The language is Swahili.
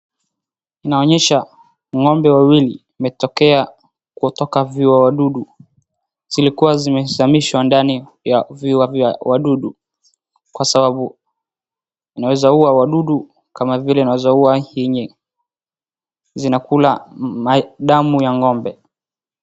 Inaonyesha ng'ombe wawili wametokea kutoka viua wadudu. Zilikua zimezamishwa ndani ya viua vya wadudu kwa sababu inaeza ua wadudu kama vile inaeza ua yenye zinakula ndamu ya ng'ombe.